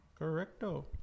Correcto